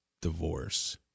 divorce